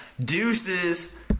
Deuces